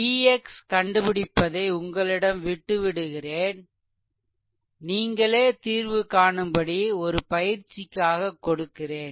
Vx கண்டுபிடிப்பதை உங்களிடம் விட்டுவிடுகிறேன் நீங்களே தீர்வு காணும்படி ஒரு பயிற்சியாக கொடுக்கிறேன்